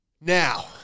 Now